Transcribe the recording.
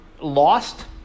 lost